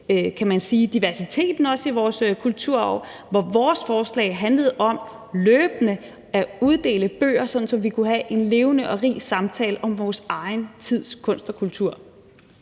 repræsenterede diversiteten i vores kulturarv, hvor vores forslag handlede om løbende at uddele bøger, sådan at vi kunne have en levende og rig samtale om vores egen tids kunst og kultur.